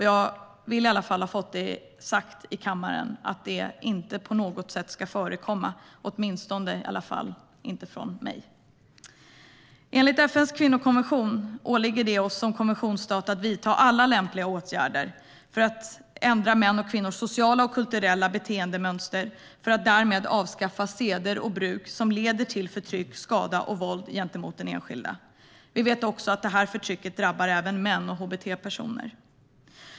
Jag vill i alla fall ha sagt i kammaren att det inte på något sätt ska förekomma, åtminstone inte från mig. Enligt FN:s kvinnokommission åligger det Sverige som konventionsstat att vidta alla lämpliga åtgärder för att ändra mäns och kvinnors sociala och kulturella beteendemönster för att därmed avskaffa seder och bruk som leder till förtryck, skada och våld gentemot den enskilda. Vi vet också att förtrycket drabbar även män och hbt-personer.